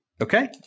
Okay